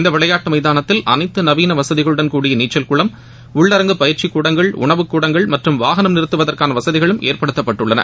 இந்த விளையாட்டு எமதானத்தில் அனைத்து நவீன வசதிகளுடன் கூடிய நீச்சல் குளம் உள்ளரங்கு பயிற்சிக் கூடங்கள் உணவுக்கூடங்கள் மற்றம் வாகன நிறுத்துவதற்கான வசதிகள் ஏற்படுத்தப்பட்டுள்ளன